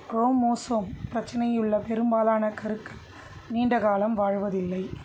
chromosome பிரச்சனையுள்ள பெரும்பாலான கருக்கள் நீண்ட காலம் வாழ்வதில்லை